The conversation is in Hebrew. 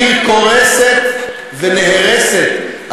עיר קורסת ונהרסת,